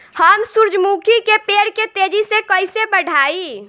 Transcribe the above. हम सुरुजमुखी के पेड़ के तेजी से कईसे बढ़ाई?